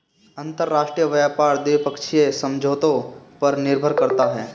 अंतरराष्ट्रीय व्यापार द्विपक्षीय समझौतों पर निर्भर करता है